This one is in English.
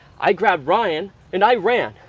i grabbed ryan and i ran!